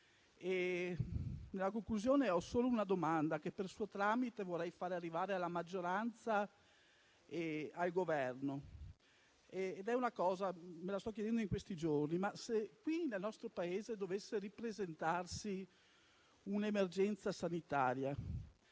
signor Presidente, ho solo una domanda, che, per suo tramite, vorrei far arrivare alla maggioranza e al Governo, che mi sto ponendo in questi giorni: se qui nel nostro Paese dovesse ripresentarsi un'emergenza sanitaria,